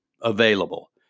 available